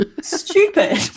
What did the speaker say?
Stupid